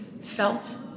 felt